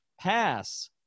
pass